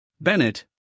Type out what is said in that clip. Bennett